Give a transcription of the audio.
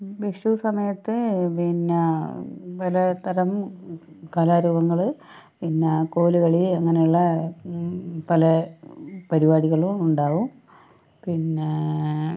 വിഷു സമയത്ത് പിന്നെ പലതരം കലാരൂപങ്ങൾ പിന്നാ കോൽക്കളി അങ്ങനെയുള്ള പല പരിപാടികളും ഉണ്ടാവും പിന്നേ